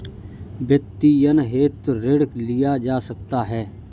वित्तीयन हेतु ऋण लिया जा सकता है